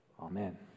Amen